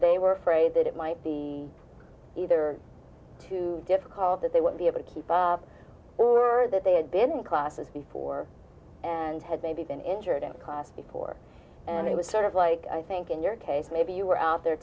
they were afraid that it might be either too difficult that they would be able to keep up or that they had been in classes before and had maybe been injured in class before and it was sort of like i think in your case maybe you were out the